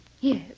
Yes